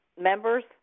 members